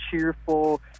cheerful